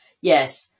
yes